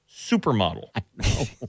supermodel